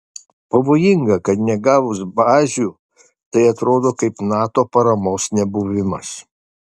pavojinga kad negavus bazių tai atrodo kaip nato paramos nebuvimas